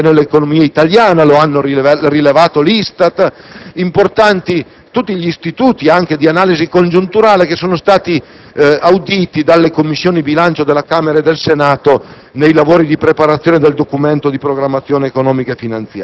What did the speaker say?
in cui sono evidenti segni di dinamismo anche nell'economia italiana: lo hanno rilevato l'ISTAT e tutti gli istituti, anche di analisi congiunturale, auditi dalle Commissioni bilancio della Camera e del Senato